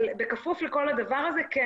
אבל בכפוף לכל הדבר הזה כן,